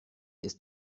ist